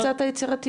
אתה הצעת יצירתיות.